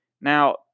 Now